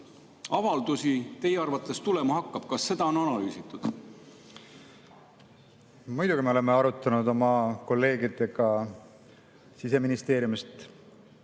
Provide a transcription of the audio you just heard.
avaldusi teie arvates tulema hakkab, kas seda on analüüsitud? Muidugi oleme arutanud oma kolleegidega Siseministeeriumist